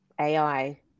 ai